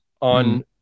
on